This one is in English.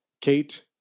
Kate